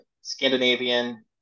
Scandinavian